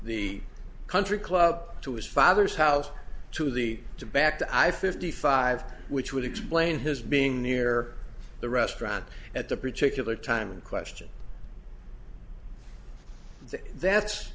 the country club to his father's house to the to back to i fifty five which would explain his being near the restaurant at the particular time in question that's